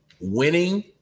winning